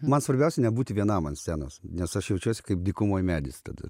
man svarbiausia nebūti vienam ant scenos nes aš jaučiuosi kaip dykumoj medis tada